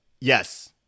Yes